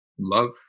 love